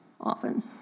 often